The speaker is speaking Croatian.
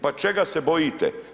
Pa čega se bojite.